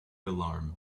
alarm